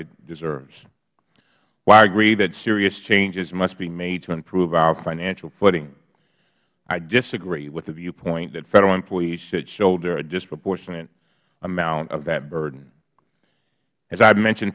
it deserves while i agree that serious changes must be made to improve our financial footing i disagree with the viewpoint that federal employees should shoulder a disproportionate amount of that burden as i have mentioned